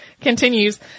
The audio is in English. continues